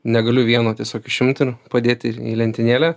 negaliu vieno tiesiog išimt ir padėti į lentynėlę